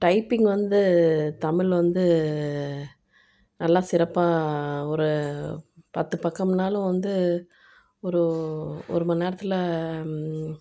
typing வந்து தமிழ் வந்து நல்லா சிறப்பாக ஒரு பத்து பக்கமும்னாலும் வந்து ஒரு ஒரு மண்நேரத்தில்